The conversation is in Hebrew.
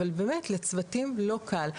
אבל באמת לצוותים לא קל.